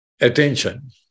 attention